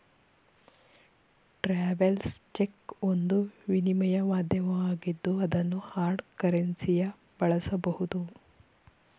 travels cheque ಒಂದು ವಿನಿಮಯ ಮಾಧ್ಯಮವಾಗಿದ್ದು ಅದನ್ನು ಹಾರ್ಡ್ ಕರೆನ್ಸಿಯ ಬಳಸಬಹುದು